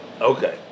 Okay